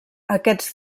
aquests